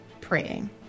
praying